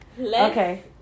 Okay